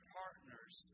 partners